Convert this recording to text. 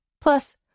Plus